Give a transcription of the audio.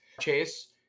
Chase